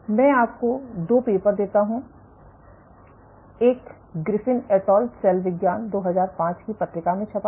मैं आपको 2 पेपर देता हूं एक ग्रिफिन एट ऑल सेल विज्ञान 2005 की पत्रिका में छ्पा है